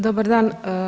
Dobar dan.